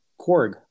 Korg